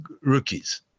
rookies